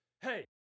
hey